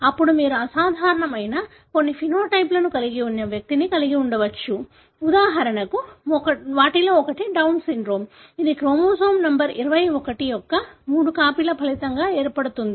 అప్పుడు మీరు అసాధారణమైన కొన్ని సమలక్షణాన్ని కలిగి ఉన్న వ్యక్తిని కలిగి ఉండవచ్చు ఉదాహరణకు వాటిలో ఒకటి డౌన్ సిండ్రోమ్ ఇది క్రోమోజోమ్ నంబర్ 21 యొక్క మూడు కాపీల ఫలితంగా ఏర్పడుతుంది